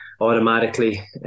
automatically